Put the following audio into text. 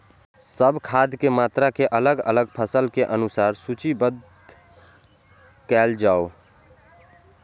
सब खाद के मात्रा के अलग अलग फसल के अनुसार सूचीबद्ध कायल जाओ?